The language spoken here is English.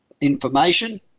information